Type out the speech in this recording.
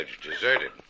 deserted